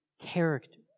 character